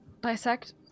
dissect